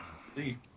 see